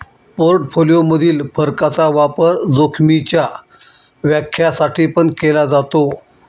portfolio मधील फरकाचा वापर जोखीमीच्या व्याख्या साठी पण केला जातो